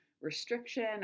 restriction